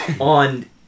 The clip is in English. on